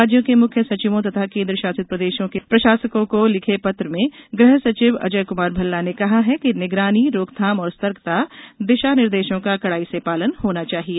राज्यों के मुख्य सचिवों तथा केन्द्र शासित प्रदेशों के प्रशासकों को लिखे पत्र में गृह सचिव अजय कुमार भल्ला ने कहा है कि निगरानी रोकथाम और सतर्कता दिशा निर्देशों का कड़ाई र्स पालन होना चाहिए